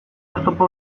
oztopo